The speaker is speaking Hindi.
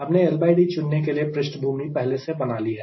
हमने LD चुनने के लिए पृष्ठभूमि पहले से बना ली है